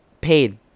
paid